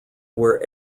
were